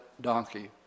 donkey